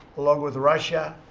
along with russia,